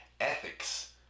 ethics